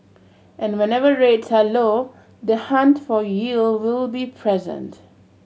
and whenever rates are low the hunt for yield will be present